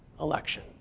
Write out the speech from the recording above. election